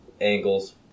angles